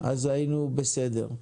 אז היינו בסדר.